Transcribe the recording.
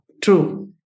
true